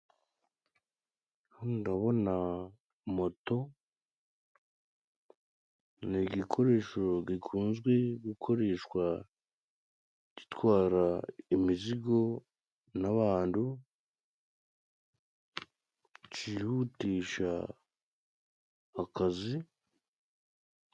Ubu ndabona moto, ni igikoresho gikunze gukoreshwa gitwara imizigo n'abantu, cyihutisha akazi.